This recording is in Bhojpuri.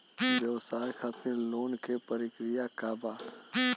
व्यवसाय खातीर लोन के प्रक्रिया का बा?